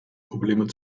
probleme